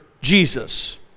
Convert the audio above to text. Jesus